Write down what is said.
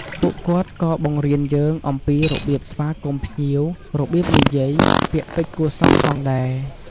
ពួកគាត់ក៏បង្រៀនយើង អំពីរបៀបស្វាគមន៍ភ្ញៀវ របៀបនិយាយ ពាក្យពេចន៍គួរសមផងដែរ។